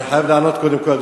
אבל אני חייב לענות קודם כול,